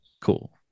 Cool